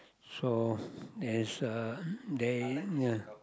so there's uh there yeah